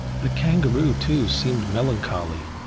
the kangaroo too seemed melancholy.